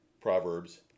Proverbs